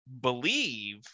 believe